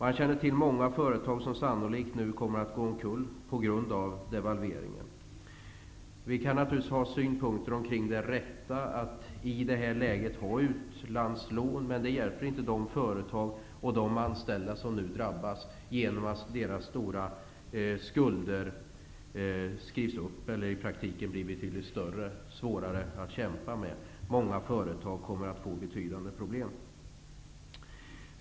De kände till många företag som sannolikt nu kommer att gå omkull på grund av devalveringen. Vi kan naturligtvis ha synpunkter kring det rätta i att i det här läget ha utlandslån, men det hjälper inte de företag och de anställda som nu drabbas genom att deras stora skulder skrivs upp eller i praktiken blir större och svårare att kämpa med. Många företag kommer att få betydande problem.